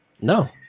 No